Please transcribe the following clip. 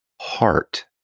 heart